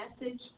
message